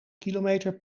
kilometer